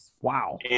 Wow